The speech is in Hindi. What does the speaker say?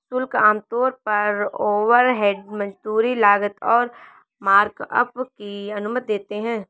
शुल्क आमतौर पर ओवरहेड, मजदूरी, लागत और मार्कअप की अनुमति देते हैं